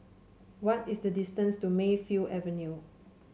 what is the distance to Mayfield Avenue